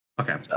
Okay